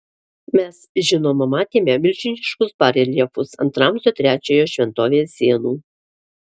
mes žinoma matėme milžiniškus bareljefus ant ramzio trečiojo šventovės sienų